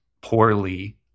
poorly